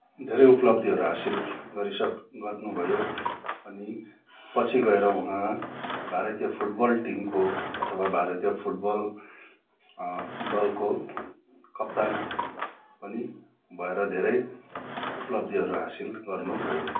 धेरै उपलब्धिहरू हासिल गरिसक् गर्नुभयो अनि पछि गएर उहाँ भारतीय फुटबल टिमको अथवा भारतीय फुटबल दलको कप्तान पनि भएर धेरै उपलब्धिहरू हासिल गर्नुभयो